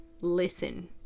listen